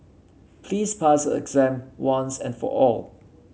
please pass a exam once and for all